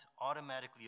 automatically